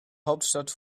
hauptstadt